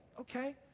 okay